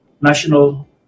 National